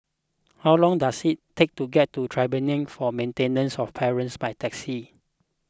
how long does it take to get to Tribunal for Maintenance of Parents by taxi